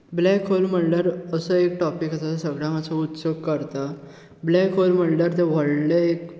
black hole म्हणल्यार असो एक टॉपीक आसा जो सगळ्यांक मात्सो उत्सुक करता ब्लॅक होल म्हणल्यार ते व्हडले एक